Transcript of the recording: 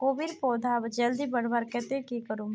कोबीर पौधा जल्दी बढ़वार केते की करूम?